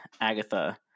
Agatha